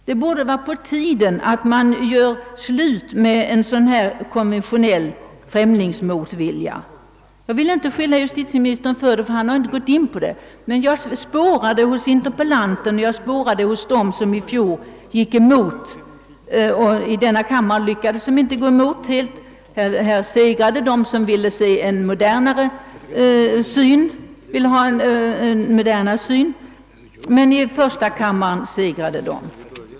Det borde vara på tiden att göra slut på denna konventionella främlingsmotvilja. Jag vill inte skylla justitieministern för att hysa en sådan känsla, ty han har inte gått in på den frågan, men jag spårade den hos interpellanten och hos dem, som i fjol gick emot ett förslag till ändring — i denna kammare lyckades de inte, ty här segrade de som ville ha en modernare syn, men i första kammaren lyckades de.